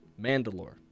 mandalore